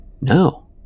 no